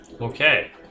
okay